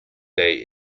day